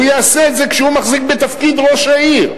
הוא יעשה את זה כשהוא מחזיק בתפקיד ראש העיר.